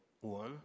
one